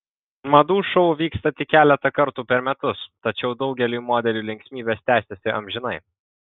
madų šou vyksta tik keletą kartų per metus tačiau daugeliui modelių linksmybės tęsiasi amžinai